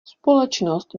společnost